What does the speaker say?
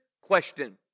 question